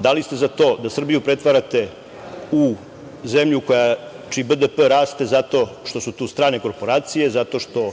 da li ste za to da Srbiju pretvarate u zemlju čiji BDP raste zato što su tu strane korporacije, zato što